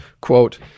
Quote